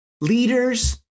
leaders